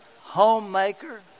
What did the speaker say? homemaker